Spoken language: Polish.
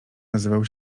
nazywał